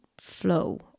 flow